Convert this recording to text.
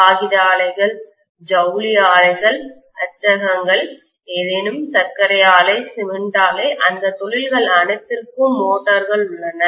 காகித ஆலைகள் ஜவுளி ஆலைகள் அச்சகங்கள் ஏதேனும் சர்க்கரை ஆலை சிமென்ட் ஆலை அந்தத் தொழில்கள் அனைத்திற்கும் மோட்டார்கள் உள்ளன